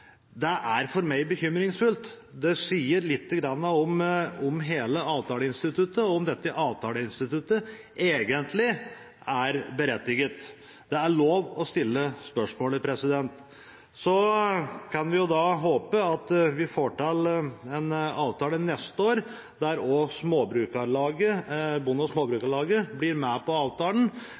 Det er for meg bekymringsfullt. Det sier litt om hele avtaleinstituttet, og om dette avtaleinstituttet egentlig er berettiget. Det er lov å stille spørsmålet. Så kan vi jo håpe at vi får til en avtale neste år der også Bonde- og Småbrukarlaget blir med på avtalen,